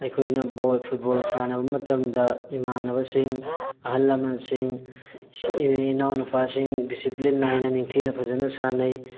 ꯑꯩꯈꯣꯏꯅ ball football ꯁꯥꯟꯅꯕ ꯃꯇꯝꯗ ꯏꯃꯥꯟꯅꯕꯁꯤꯡ ꯑꯍꯜ ꯂꯃꯟꯁꯤꯡ ꯏꯅꯥꯎꯅꯨꯄꯥꯁꯤꯡ ꯗꯤꯁꯤꯄ꯭ꯂꯤꯟ ꯅꯥꯏꯅ ꯅꯤꯡꯊꯤꯅ ꯐꯖꯅ ꯁꯥꯟꯅꯩ